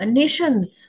nations